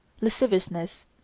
lasciviousness